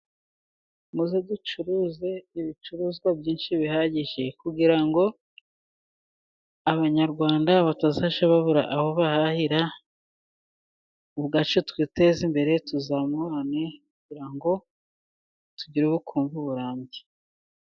Muze ducuruze ibicuruzwa byinshi bihagije, kugira ngo abanyarwanda batazabura aho bahahira, ubwacu twiteze imbere, tuzamurane, kugira ngo tugire ubukungu burambye.